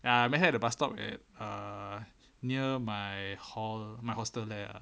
ya we met at a bus stop at err near my ho~ my hostel there ah